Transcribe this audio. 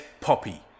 poppy